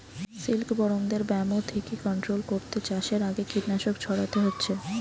সিল্কবরমদের ব্যামো থিকে কন্ট্রোল কোরতে চাষের আগে কীটনাশক ছোড়াতে হচ্ছে